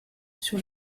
sur